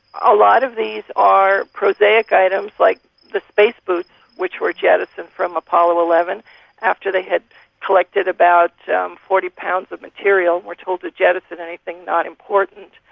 a lot of these are prosaic items like the space boots which were jettisoned from apollo eleven after they had collected about forty pounds of material and were told to jettison anything not important,